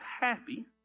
happy